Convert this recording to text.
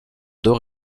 deux